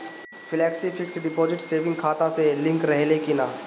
Flexi fixed deposit saving खाता से link रहले कि ना?